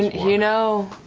you know?